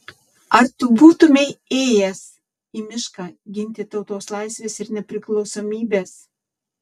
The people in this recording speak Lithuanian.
ar tu būtumei ėjęs į mišką ginti tautos laisvės ir nepriklausomybės